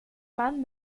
man